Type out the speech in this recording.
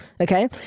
Okay